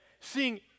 seeing